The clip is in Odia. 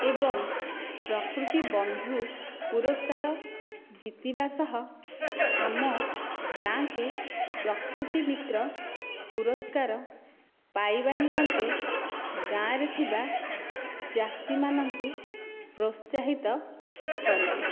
ଏବଂ ପ୍ରକୃତି ବନ୍ଧୁ ପୁରସ୍କାର ଜିତିବା ସହ ଆମ ଗାଁକୁ ପ୍ରକୃତି ମିତ୍ର ପୁରସ୍କାର ପାଇବା ନିମନ୍ତେ ଗାଁରେ ଥିବା ଚାଷୀ ମାନଙ୍କୁ ପ୍ରୋତ୍ସାହିତ କରିବି